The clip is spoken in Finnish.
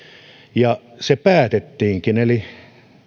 ja se päätettiinkin eli